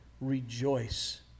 rejoice